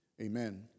amen